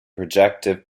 projective